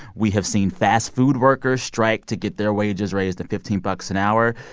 we have seen fast-food workers strike to get their wages raised to fifteen bucks an hour.